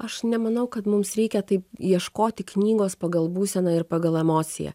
aš nemanau kad mums reikia taip ieškoti knygos pagal būseną ir pagal emociją